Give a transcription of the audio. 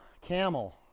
Camel